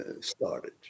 started